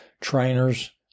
trainers